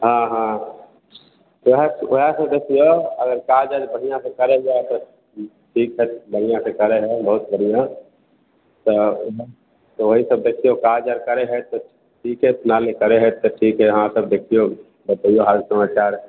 हाँ हाँ वएह वएहसभ देखिऔ अगर काज आओर बढ़िआँसँ करैए तऽ ठीक हइ बढ़िआँसँ करै हइ बहुत बढ़िआँ तऽ तऽ ओहिसभ देखिऔ काज आओर करै हइ तऽ ठीक हइ करै हइ ठीक हइ अहाँसभ देखिऔ बतैऔ हाल समाचार